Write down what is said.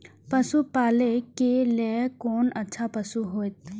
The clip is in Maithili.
पशु पालै के लेल कोन अच्छा पशु होयत?